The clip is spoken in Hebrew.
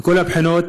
מכל הבחינות